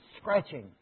scratching